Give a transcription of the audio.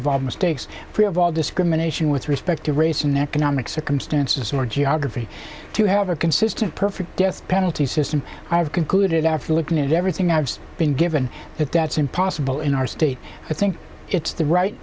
all discrimination with respect to race in economic circumstances or geography to have a consistent perfect death penalty system i have concluded after looking at everything i've been given that that's impossible in our state i think it's the right